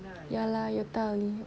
ya lah 有道理